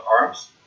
arms